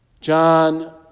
John